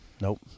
nope